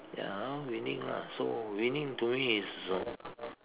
ya winning lah so winning to me is